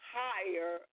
higher